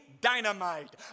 dynamite